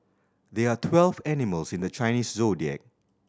there are twelve animals in the Chinese Zodiac